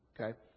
Okay